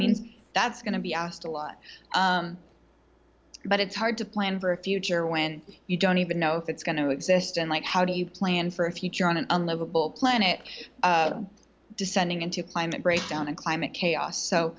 means that's going to be asked a lot but it's hard to plan for a future when you don't even know if it's going to exist and like how do you plan for a future on an unloveable planet descending into climate breakdown and climate chaos so